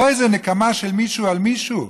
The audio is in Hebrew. לא איזו נקמה של מישהו על מישהו.